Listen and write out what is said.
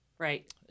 Right